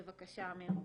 בבקשה אמיר.